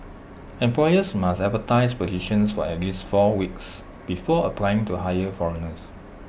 employers must advertise positions for at least four weeks before applying to hire foreigners